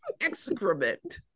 Excrement